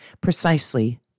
Precisely